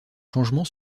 changements